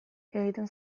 egiten